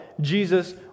Jesus